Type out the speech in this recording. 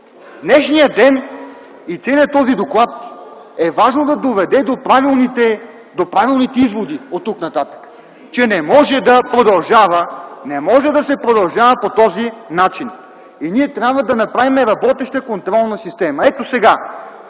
днешният ден и целият този доклад е важно да доведат до правилните изводи оттук нататък – че не може да се продължава по този начин и ние трябва да направим работеща контролна система. Сега